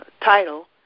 title